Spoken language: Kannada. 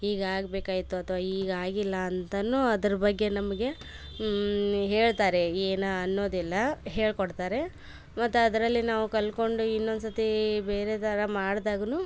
ಈಗ ಆಗಬೇಕಾಗಿತ್ತು ಅಥ್ವಾ ಈಗ ಆಗಿಲ್ಲ ಅಂತನು ಅದರ ಬಗ್ಗೆ ನಮಗೆ ಹೇಳ್ತಾರೆ ಏನು ಅನ್ನೋದಿಲ್ಲ ಹೇಳಿ ಕೊಡ್ತಾರೆ ಮತ್ತು ಅದರಲ್ಲಿ ನಾವು ಕಲ್ತ್ಕೊಂಡು ಇನ್ನೊಂದು ಸರ್ತಿ ಬೇರೆ ಥರ ಮಾಡ್ದಾಗ್ನು